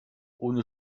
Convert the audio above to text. ohne